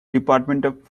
department